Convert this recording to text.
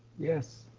yes,